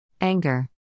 Anger